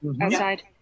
outside